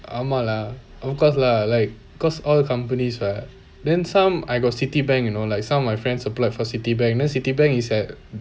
ஆமா:aama lah of course lah like cause all companies are then some I got citibank you know like some of my friends applied for citibank then citibank is at